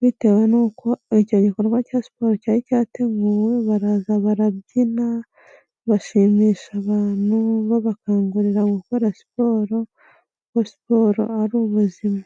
bitewe n'uko icyo igikorwa cya siporo cyari cyateguwe baraza barabyina, bashimisha abantu babakangurira gukora siporo kuko siporo ari ubuzima.